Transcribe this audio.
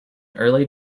early